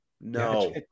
no